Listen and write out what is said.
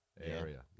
area